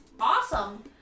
awesome